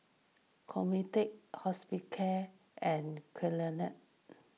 Convatec Hospicare and